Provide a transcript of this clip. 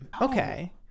Okay